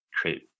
create